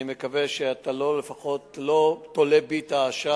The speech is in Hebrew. אני מקווה שאתה לפחות לא תולה בי את האשם,